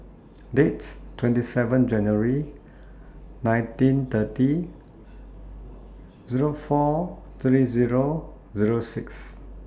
Dates twenty seven January nineteen thirty Zero four thirty Zero Zero six